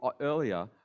earlier